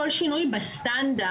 כל שינוי בסטנדרט,